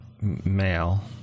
male